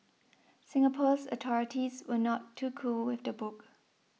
Singapore's authorities were not too cool with the book